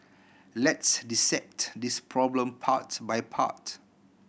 let's dissect this problem part by part